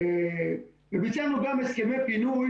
וביצענו גם הסכמי פינוי